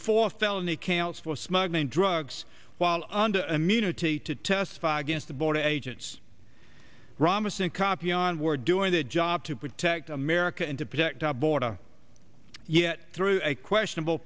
counts for smuggling drugs while under immunity to testify against the border agents ramos and cop yawn were doing their job to protect america and to protect our border yet through a questionable